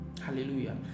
hallelujah